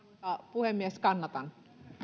puhemies kannatan